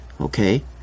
okay